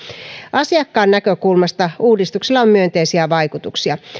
asiakkaan näkökulmasta uudistuksella on myönteisiä vaikutuksia